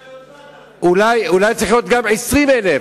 אולי צריך להיות גם 20,000,